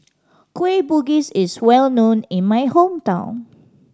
Kueh Bugis is well known in my hometown